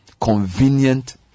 convenient